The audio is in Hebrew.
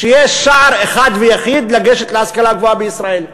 שיש שער אחד ויחיד לגשת להשכלה הגבוהה בישראל.